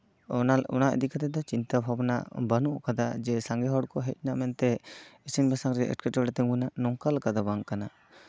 ᱚᱱᱟ ᱚᱱᱟ ᱤᱫᱤ ᱠᱟᱛᱮᱜ ᱫᱚ ᱪᱤᱱᱛᱟ ᱵᱷᱟᱵᱽᱱᱟ ᱵᱟ ᱱᱩᱜ ᱠᱟᱫᱟ ᱡᱮ ᱥᱟᱝᱜᱮ ᱦᱚᱲ ᱠᱚ ᱦᱮᱡᱱᱟ ᱢᱮᱱᱛᱮ ᱤᱥᱤᱱ ᱵᱟᱥᱟᱝᱨᱮ ᱮᱴᱠᱮᱴᱚᱲᱮ ᱛᱤᱜᱩᱱᱟ ᱱᱚᱝᱠᱟ ᱞᱮᱠᱟ ᱫᱚ ᱵᱟᱝ ᱠᱟᱱᱟ